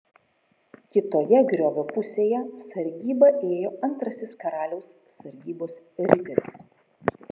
kitoje griovio pusėje sargybą ėjo antrasis karaliaus sargybos riteris